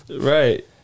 Right